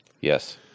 yes